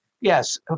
Yes